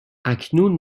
اکنون